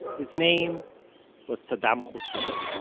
his name was saddam hussein